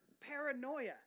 paranoia